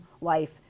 life